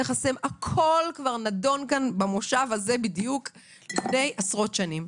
הכול כבר נידון במושב הזה בדיוק לפני עשרות שנים.